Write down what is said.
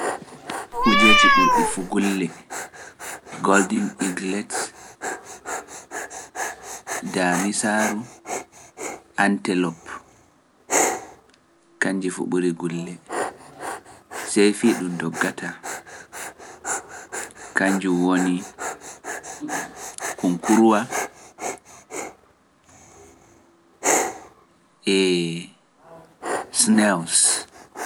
Kujeeji ɓurɗi fu gulle, Golden Eaglet, Damisaru, Antelope, kanji fu ɓuri gulle, Sai fi ɗum doggata, kanji woni Konkuruwa, Snails,